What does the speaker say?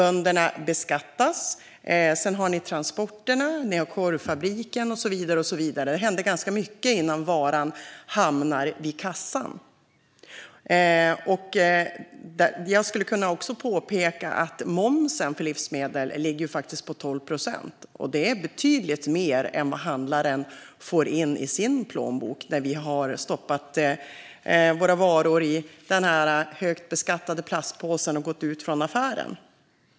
Bönderna beskattas. Sedan har ni transporterna, korvfabriken och så vidare. Det händer ganska mycket innan varan hamnar vid kassan. Jag skulle också kunna påpeka att momsen för livsmedel ligger på 12 procent, vilket är betydligt mer än vad handlaren får in i sin plånbok när vi har stoppat våra varor i den högt beskattade plastpåsen och gått ut från affären.